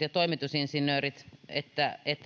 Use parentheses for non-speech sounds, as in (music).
ja toimitusinsinöörit olivat vielä katsoneet että (unintelligible)